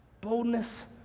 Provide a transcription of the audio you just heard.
boldness